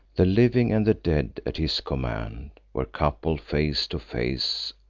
the living and the dead at his command were coupled, face to face,